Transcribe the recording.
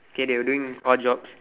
K they were doing odd jobs